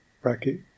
bracket